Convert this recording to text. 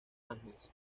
ángeles